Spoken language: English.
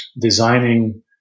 designing